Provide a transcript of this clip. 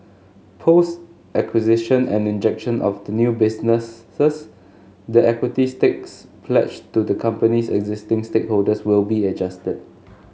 post acquisition and injection of the new businesses the equity stakes pledged to the company's existing stakeholders will be adjusted